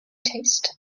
taste